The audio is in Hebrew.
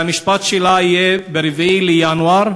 והמשפט שלה יהיה ב-4 בינואר,